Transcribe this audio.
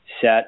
set